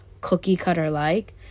cookie-cutter-like